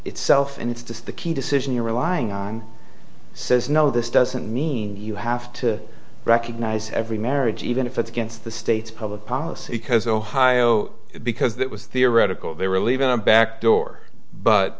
itself and it's just the key decision you're relying on says no this doesn't mean you have to recognize every marriage even if it's against the state's public policy because ohio because that was theoretical they were leaving a back door but